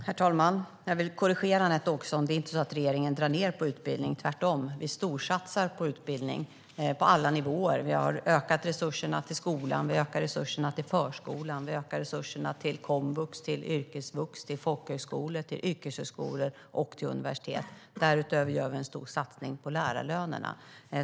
Herr talman! Låt mig korrigera Anette Åkesson. Regeringen drar inte ned på utbildning. Tvärtom storsatsar vi på utbildning på alla nivåer. Vi har ökat resurserna till förskola, skola, komvux, yrkesvux, folkhögskola, yrkeshögskola och universitet. Därutöver gör vi en stor satsning på lärarlönerna.